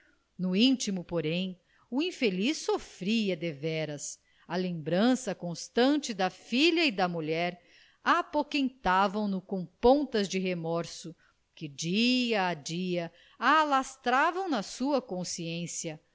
no intimo porém o infeliz sofria deveras a lembrança constante da filha e da mulher apoquentava o com pontas de remorso que dia a dia alastravam na sua consciência